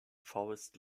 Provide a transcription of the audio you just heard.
forest